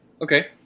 Okay